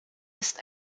ist